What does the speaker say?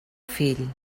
fill